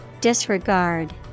Disregard